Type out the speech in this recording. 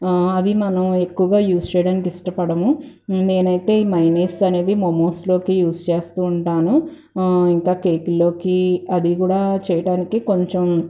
అవి మనం ఎక్కువగా యూస్ చేయడానికి ఇష్ట పడడం నేనైతే మైనిస్ అనేది మోమోస్లోకి యూస్ చేస్తూ ఉంటాను ఇంకా కేకుల్లోకి అది కూడా చేయటానికి కొంచెం